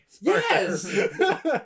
yes